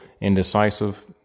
indecisive